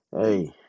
Hey